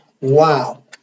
Wow